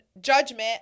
judgment